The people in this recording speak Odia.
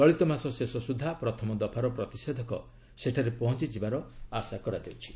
ଚଳିତମାସ ଶେଷ ସୁଦ୍ଧା ପ୍ରଥମ ଦଫାର ପ୍ରତିଷେଧକ ସେଠାରେ ପହଞ୍ଚବାର ଆଶା କରାଯାଉଛି